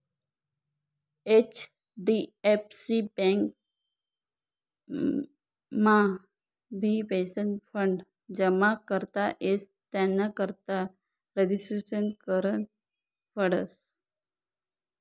HDFC बँकमाबी pension fund जमा करता येस त्यानाकरता रजिस्ट्रेशन करनं पडस